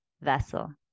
vessel